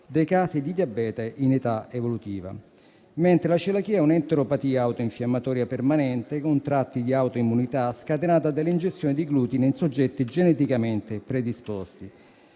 dei casi di diabete in età evolutiva, mentre la celiachia è un'enteropatia autoinfiammatoria permanente, con tratti di autoimmunità, scatenata dell'ingestione di glutine in soggetti geneticamente predisposti.